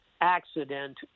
accident